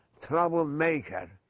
troublemaker